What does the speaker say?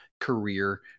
career